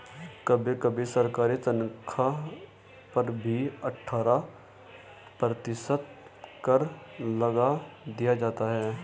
कभी कभी सरकारी तन्ख्वाह पर भी अट्ठारह प्रतिशत कर लगा दिया जाता है